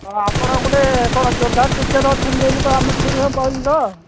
ହଁ ଆପଣ ଗୋଟେ କ'ଣ ଯୋଦ୍ଧା ଟିଚର ଅଛନ୍ତି ବୋଲି ଆମେ କ'ଣ ଶୁଣିିବାକୁ ପାଇଲୁ ତ